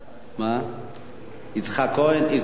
יצחק כהן, איציק כהן.